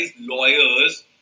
lawyers